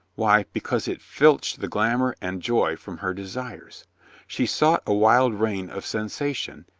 why, because it filched the glamour and joy from her desires she sought a wild reign of sensation,